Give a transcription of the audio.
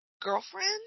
girlfriend